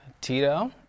Tito